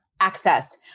access